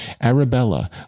Arabella